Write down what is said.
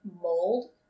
mold